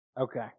Okay